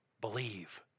believe